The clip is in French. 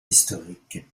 historiques